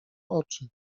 oczy